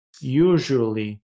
Usually